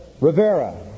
Rivera